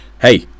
Hey